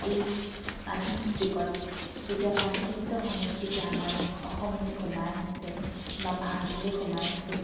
এই আধুনিক যুগত যেতিয়া পাশ্চাত্য সংস্কৃতি আমাৰ অসমলৈ সোমাই আহিছে বা ভাৰতলৈ সোমাই আহিছে